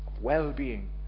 well-being